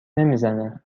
نمیزنه